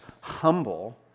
humble